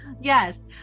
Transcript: yes